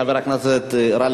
חבר הכנסת נסים זאב,